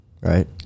Right